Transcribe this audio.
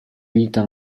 vita